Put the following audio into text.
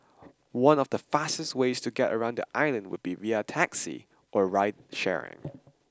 one of the fastest ways to get around the island would be via taxi or ride sharing